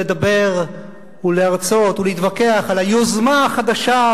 לדבר ולהרצות ולהתווכח על היוזמה החדשה,